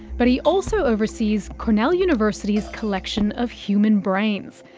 but he also oversees cornell university's collection of human brains.